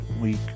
week